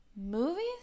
Movies